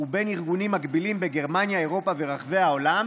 ובין ארגונים מקבילים בגרמניה אירופה וברחבי העולם"